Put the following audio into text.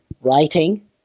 writing